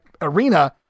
arena